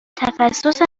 تخصص